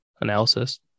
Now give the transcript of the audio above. analysis